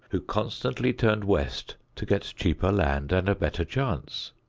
who constantly turned west to get cheaper land and a better chance.